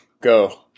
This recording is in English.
Go